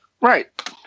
Right